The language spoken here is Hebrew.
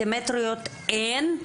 סימטריות אין,